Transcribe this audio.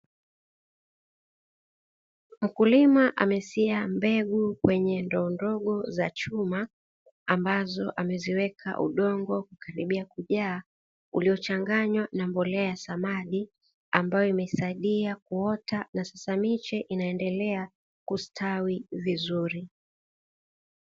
Mkulima amesiha mbegu kwenye ndoo ndogo za chuma ambazo ameziweka udongo ukikaribia kujaa uliyochanganywa na mbolea ya samadi ambayo imesaidia kuota na sasa miche inaendelea kustawi vizuri.